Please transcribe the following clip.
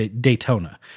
Daytona